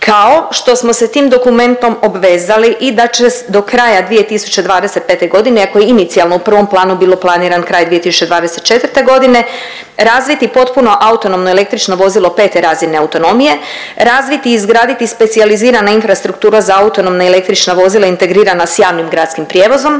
kao što smo se tim dokumentom obvezali i da će do kraja 2025. godine iako je inicijalno u prvom planu bilo planirano kraj 2024. godine razviti potpuno autonomno električno vozilo 5 razine autonomije, razviti i izgraditi specijalizirana infrastruktura za autonomna i električna vozila integrirana s javnim gradskim prijevozom